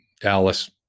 Dallas